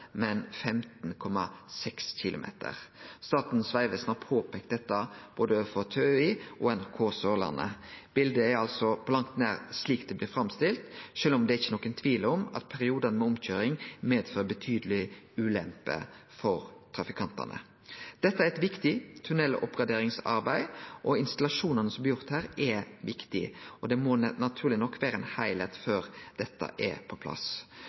men 15,6 km. Statens vegvesen har påpeikt dette overfor både TØI og NRK Sørlandet. Bildet er altså på langt nær slik det blir framstilt, sjølv om det ikkje er nokon tvil om at periodar med omkøyring medfører betydeleg ulempe for trafikantane. Dette er eit viktig tunneloppgraderingsarbeid, og installasjonane som blir gjorde her, er viktige. Det må naturleg nok vere ein heilskap før dette er på plass.